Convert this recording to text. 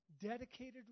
Dedicated